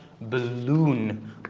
balloon